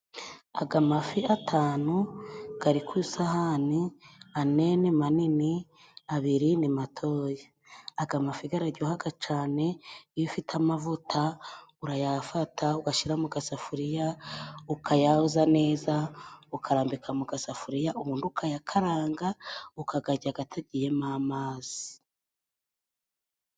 Aga mafi atanu kari ku isahani, ane ni manini, abiri ni matoya. Aga mafi karajyohaga cane, iyo ufite amavuta urayafata, ugashyira mu gasafuriya ukayoza neza, ukarambika mu gasafuriya ubundi ukayakaranga ukagajya gatagiyemo amazi.